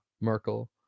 Merkel